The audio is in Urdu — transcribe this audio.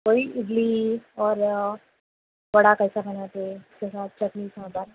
وہی اڈلی اور وڑا کیسے بناتے اس کے ساتھ چٹنی سانبر